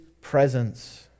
presence